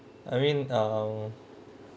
I mean uh